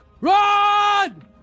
run